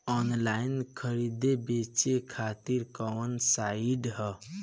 Online खरीदे बेचे खातिर कवन साइड ह?